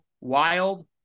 wild